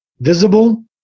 visible